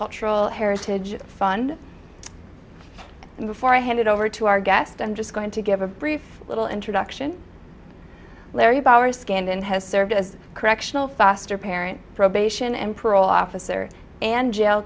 cultural heritage fund and before i hand it over to our guest i'm just going to give a brief little introduction larry bowers scanned and has served as a correctional foster parent probation and parole officer and jail